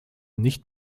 nicht